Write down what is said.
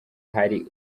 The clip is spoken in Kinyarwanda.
hari